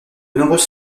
nombreuses